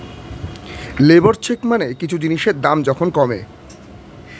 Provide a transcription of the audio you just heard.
labour চেক মানে কিছু জিনিসের দাম যখন কমে